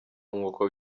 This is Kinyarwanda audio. nk’uko